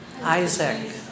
Isaac